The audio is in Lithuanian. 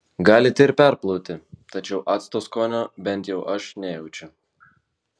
galite ir perplauti tačiau acto skonio bent jau aš nejaučiu